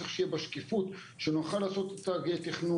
צריך שתהיה בה שקיפות, שנוכל לעשות את התכנון.